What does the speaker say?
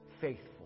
faithful